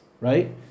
right